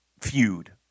feud